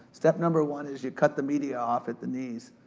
step number one is you cut the media off at the knees.